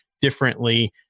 differently